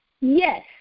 yes